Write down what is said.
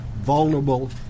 vulnerable